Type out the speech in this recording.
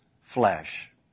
flesh